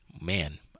Man